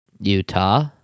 Utah